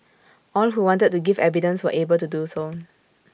all who wanted to give evidence were able to do so